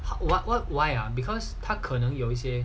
what what what why ah because 他可能有一些